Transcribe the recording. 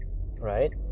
right